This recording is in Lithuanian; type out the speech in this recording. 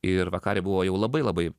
ir vakarė buvo jau labai labai